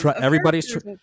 everybody's